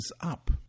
Up